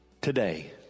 today